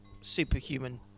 superhuman